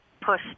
push